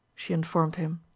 she informed him.